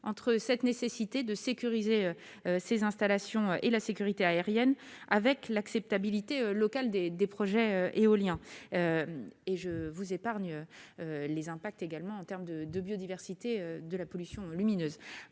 entre cette nécessité de sécuriser ses installations et la sécurité aérienne avec l'acceptabilité locale des des projets éoliens et je vous épargne les impacts également en termes de de biodiversité de la pollution lumineuse